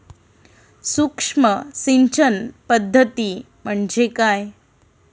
सूक्ष्म सिंचन पद्धती म्हणजे काय?